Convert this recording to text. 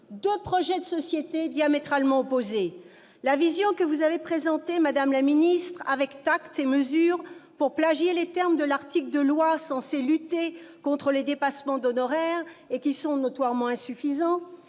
deux projets de société diamétralement opposés. La vision, que vous avez présentée, madame la ministre, avec « tact et mesure », pour plagier les termes de l'article du code de la santé publique censé lutter contre les dépassements d'honoraires- dispositions notoirement insuffisantes